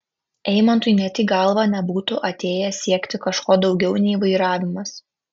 eimantui net į galvą nebūtų atėję siekti kažko daugiau nei vairavimas